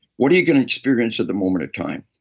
what are you gonna experience at the moment of time?